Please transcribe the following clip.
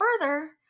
further